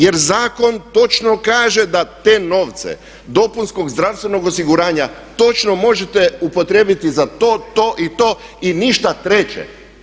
Jer zakon točno kaže da te novce dopunskog zdravstvenog osiguranja točno možete upotrijebiti za to, to i to i ništa treće.